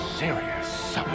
serious